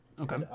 Okay